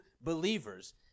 believers